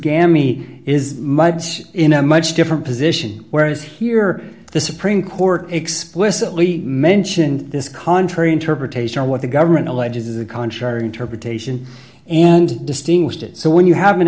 gammy is much in a much different position whereas here the supreme court explicitly mentioned this contrary interpretation of what the government alleges is a contrary interpretation and distinguished it so when you have